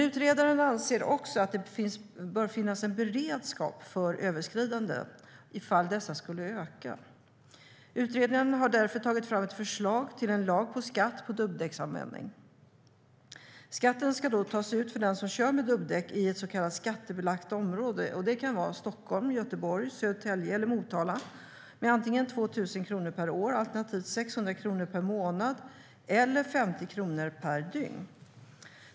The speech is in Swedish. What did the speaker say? Utredaren anser dock även att det bör finnas en beredskap för överskridanden ifall dessa skulle öka. Utredningen har därför tagit fram ett förslag till en lag om skatt på dubbdäcksanvändning. Skatten skulle då tas ut för den som kör med dubbdäck i ett så kallat skattebelagt område, och det kan vara Stockholm, Göteborg, Södertälje eller Motala. Skatten skulle vara 2 000 kronor per år, alternativt 600 kronor per månad eller 50 kronor per dygn.